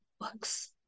works